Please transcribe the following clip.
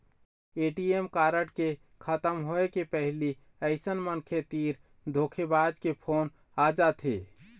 ATM card के खतम होए के पहिली अइसन मनखे तीर धोखेबाज के फोन आ जाथे